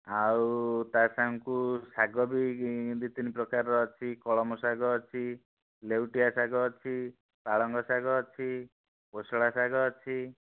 ଆଉ ତାସାଙ୍ଗକୁ ଶାଗ ବି ଦୁଇ ତିନି ପ୍ରକାର ଅଛି କଳମ ଶାଗ ଅଛି ଲେଉଟିଆ ଶାଗ ଅଛି ପାଳଙ୍ଗ ଶାଗ ଅଛି କୋଶଳା ଶାଗ ଅଛି